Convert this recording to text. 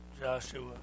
Joshua